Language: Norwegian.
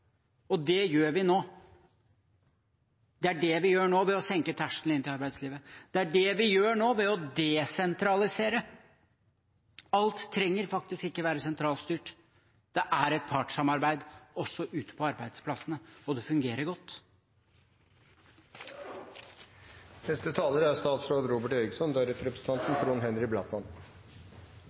Og det gjør vi nå. Det er det vi gjør nå ved å senke terskelen inn til arbeidslivet. Det er det vi gjør nå ved å desentralisere. Alt trenger faktisk ikke være sentralstyrt. Det er et partssamarbeid, også ute på arbeidsplassene, og det fungerer godt. Grunnen til at jeg tar ordet, er